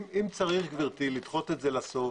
אם צריך לדחות את זה לסוף,